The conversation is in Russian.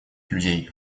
людей